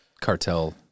cartel